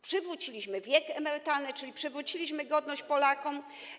Przywróciliśmy wiek emerytalny, czyli przywróciliśmy godność Polakom.